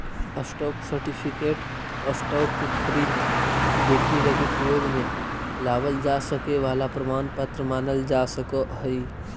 stock certificate stock के खरीद बिक्री लगी प्रयोग में लावल जा सके वाला प्रमाण पत्र मानल जा सकऽ हइ